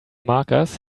markers